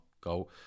Go